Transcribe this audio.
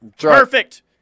Perfect